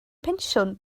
pensiwn